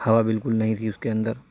ہوا بالکل نہیں تھی اس کے اندر